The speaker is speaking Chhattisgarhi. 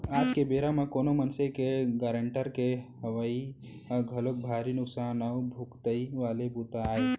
आज के बेरा म कोनो मनसे के गारंटर के होवई ह घलोक भारी नुकसान अउ भुगतई वाले बूता आय